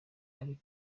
ari